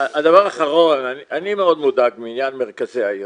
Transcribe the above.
הדבר האחרון, אני מאוד מודאג מעניין מרכזי היום,